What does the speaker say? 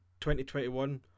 2021